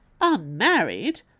Unmarried